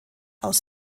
aus